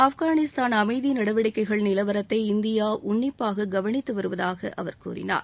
ஆப்கானிஸ்தான் அமதி நடவடிக்கைகள் நிலவரத்தை இந்தியா உன்னிப்பாக கவனித்து வருவதாக அவர் கூறினார்